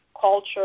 culture